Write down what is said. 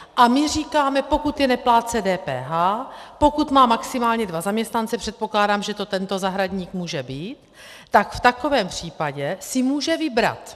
A my říkáme, pokud je neplátce DPH, pokud má maximálně dva zaměstnance, předpokládám, že to tento zahradník může být, tak v takovém případě si může vybrat.